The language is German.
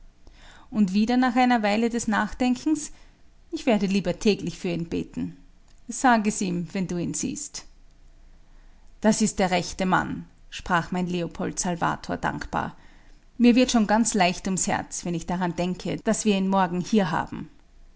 und wieder nach einer weile des nachdenkens ich werde lieber täglich für ihn beten sag es ihm wenn du ihn siehst das ist der rechte mann sprach mein leopold salvator dankbar mir wird schon ganz leicht ums herz wenn ich daran denke daß wir ihn morgen hier haben